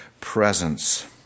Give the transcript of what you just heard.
presence